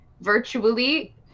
virtually